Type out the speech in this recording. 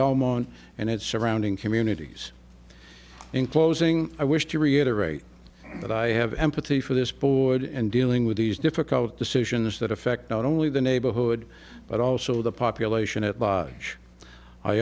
belmont and its surrounding communities in closing i wish to reiterate that i have empathy for this board and dealing with these difficult decisions that affect not only the neighborhood but also the population at large i